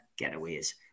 Getaways